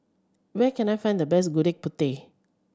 where can I find the best Gudeg Putih